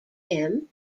him